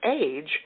age